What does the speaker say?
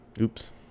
Oops